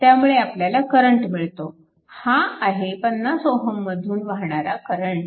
त्यामुळे आपल्याला करंट मिळतो हा आहे 50 Ω मधून वाहणारा करंट